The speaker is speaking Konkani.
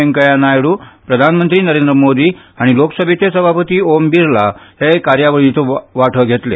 वेंकय्या नायडू प्रधानमंत्री नरेंद्र मोदी आनी लोकसभेचे सभापती ओम बिर्ला हेवूय कार्यावळींत वांटो घेतले